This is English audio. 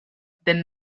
then